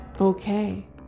okay